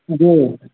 जी